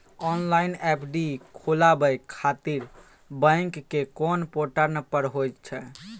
Online FD खोलाबय खातिर bank के कोन पोर्टल पर होए छै?